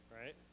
right